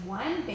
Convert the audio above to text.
one